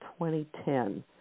2010